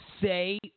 say